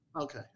Okay